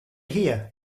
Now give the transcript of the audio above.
her